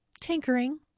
tinkering